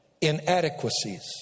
inadequacies